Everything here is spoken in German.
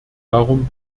darum